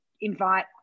invite